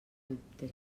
dubte